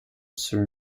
soon